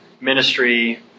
ministry